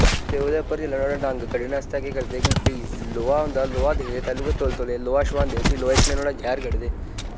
ते ओह्दे उप्पर जिल्लै उ'नें डंग कड्ढना आस्तै केह् करदे कि कोई लोआ होंदा लोआ दिक्खदे तैलु गै तौले तौले लोआ शोआंदे उस्सी लोए कन्नै नोह्ड़ा जैह्र कड्ढदे